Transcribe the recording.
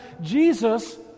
Jesus